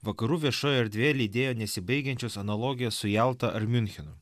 vakarų viešojoj erdvėj lydėjo nesibaigiančios analogijos su jalta ar miunchenu